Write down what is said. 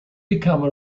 become